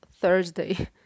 Thursday